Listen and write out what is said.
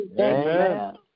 Amen